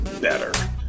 better